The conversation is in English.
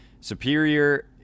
superior